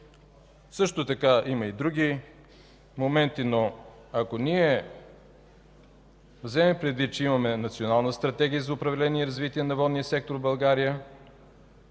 тръбите. Има и други моменти. Но ако ние вземем предвид, че имаме Национална стратегия за управление и развитие на водния сектор в България,